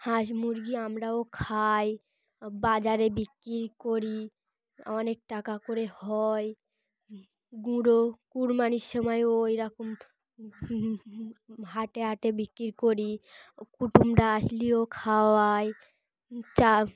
হাঁস মুরগি আমরাও খাই বাজারে বিক্রি করি অনেক টাকা করে হয় গুঁড়ো কুড়মানির সময়ও ওরকম হাটে হাটে বিক্রি করি কুটুমরা আসলেও খাওয়ায় চা